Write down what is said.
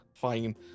fine